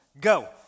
Go